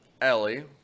Ellie